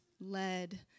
led